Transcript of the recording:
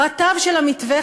פרטיו של המתווה,